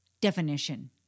definition